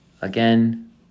Again